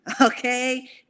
okay